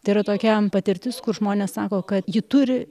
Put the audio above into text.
tai yra tokia patirtis kur žmonės sako kad ji turi